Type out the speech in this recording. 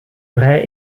vrij